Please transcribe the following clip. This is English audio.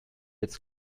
its